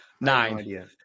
nine